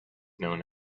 known